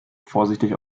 vorsichtig